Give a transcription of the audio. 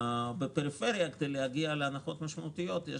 בפריפריה כדי להגיע להנחות משמעותיות יש